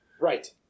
Right